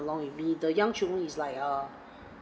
along with me the young children is like uh